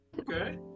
Okay